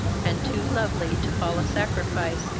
and too lovely to fall a sacrifice,